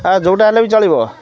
ଆ ଯେଉଁଟା ହେଲେ ବି ଚଳିବ